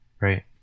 Right